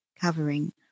covering